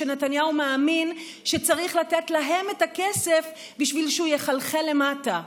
שנתניהו מאמין שצריך לתת להם את הכסף בשביל שהוא יחלחל למטה,